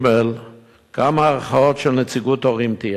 3. כמה ערכאות של נציגות הורים תהיינה?